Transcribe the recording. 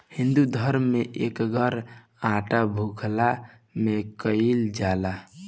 हिंदू धरम में एकर आटा भुखला में खाइल जाला